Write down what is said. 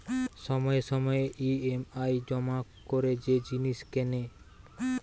সময়ে সময়ে ই.এম.আই জমা করে যে জিনিস কেনে